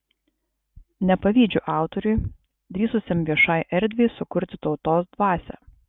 nepavydžiu autoriui drįsusiam viešai erdvei sukurti tautos dvasią